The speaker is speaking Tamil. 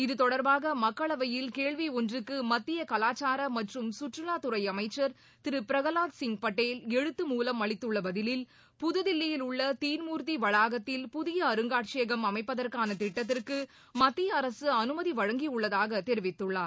இத்தொடர்பாக மக்களவையில் கேள்வி ஒன்றுக்கு மத்திய கலாச்சார மற்றம் சுற்றுலாத்துறை அமைச்சர் திரு பிரகலாத் சிங் பட்டேல் எழுத்து மூலம் அளித்துள்ள பதிலில் புதுதில்லியில் உள்ள தீன் மூர்த்தி வளாகத்தில் புதிய அருங்காட்சியகம் அமைப்பதற்கான திட்டத்திற்கு மத்திய அரசு அனுமதி வழங்கியுள்ளதாக தெரிவித்துள்ளார்